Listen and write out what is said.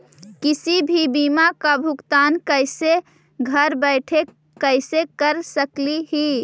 किसी भी बीमा का भुगतान कैसे घर बैठे कैसे कर स्कली ही?